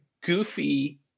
goofy